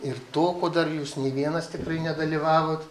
ir to ko dar jūs nei vienas tikrai nedalyvavot